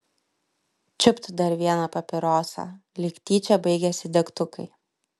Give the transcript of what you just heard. čiupt dar vieną papirosą lyg tyčia baigėsi degtukai